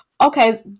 Okay